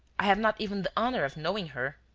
i have not even the honour of knowing her.